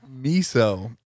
Miso